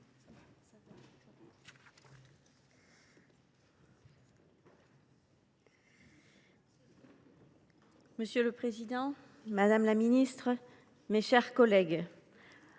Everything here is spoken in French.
Monsieur le président, madame la ministre, mes chers collègues,